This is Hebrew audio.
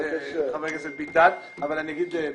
חבר הכנסת ביטן אבל אני אגיד ברצינות: